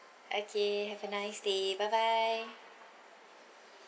okay have a nice day bye bye